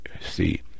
see